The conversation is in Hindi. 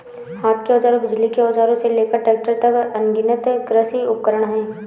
हाथ के औजारों, बिजली के औजारों से लेकर ट्रैक्टरों तक, अनगिनत कृषि उपकरण हैं